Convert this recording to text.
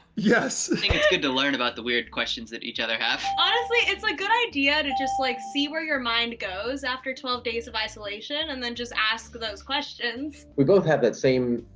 yes. i think it's good to learn about the weird questions that each other have. honestly, it's a like good idea to just like see where your mind goes after twelve days of isolation and then just ask those questions. we both have that same